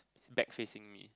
back facing me